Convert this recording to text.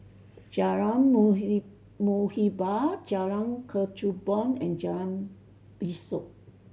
Jalan Muhibbah Jalan Kechubong and Jalan Besut